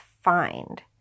find